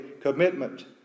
commitment